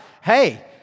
hey